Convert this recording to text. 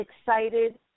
excited